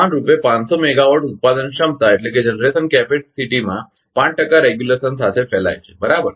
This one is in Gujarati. સમાનરૂપે 500 મેગાવાટ ઉત્પાદન ક્ષમતામાં 5 ટકા નિયમન સાથે ફેલાય છે બરાબર